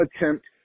attempt